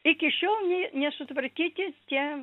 iki šiol nei nesutvarkyti tie